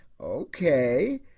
okay